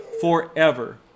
forever